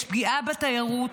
יש פגיעה בתיירות,